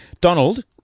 Donald